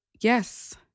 yes